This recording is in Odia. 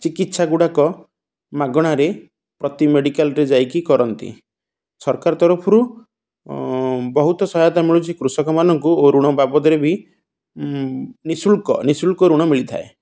ଚିକିତ୍ସାଗୁଡ଼ାକ ମାଗଣାରେ ପ୍ରତି ମେଡ଼ିକାଲ୍ରେ ଯାଇକି କରନ୍ତି ସରକାର ତରଫରୁ ବହୁତ ସହାୟତା ମିଳୁଚି କୃଷକମାନଙ୍କୁ ଓ ଋଣ ବାବଦରେ ବି ନିଃଶୁଳ୍କ ନିଃଶୁଳ୍କ ଋଣ ମିଳିଥାଏ